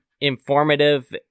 Informative